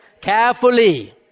carefully